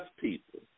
people